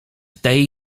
tej